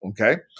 Okay